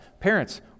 Parents